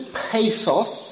pathos